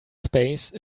space